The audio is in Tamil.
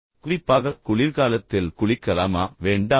குறிப்பாக குளிர்காலத்தில் குளிக்கலாமா வேண்டாமா